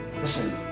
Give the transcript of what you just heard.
Listen